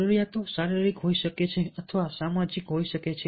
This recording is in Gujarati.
જરૂરિયાતો શારીરિક હોઈ શકે છે અથવા સામાજિક હોઈ શકે છે